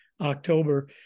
October